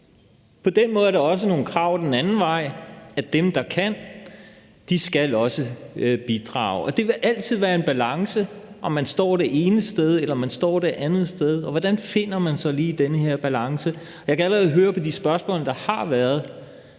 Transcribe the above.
På den måde er der også nogle krav den anden vej, nemlig at dem, der kan, også skal bidrage. Det vil altid være en balance, om man står det ene sted, eller om man står det andet sted, og hvordan finder man så lige den her balance? Jeg kan allerede høre på de spørgsmål, der har været,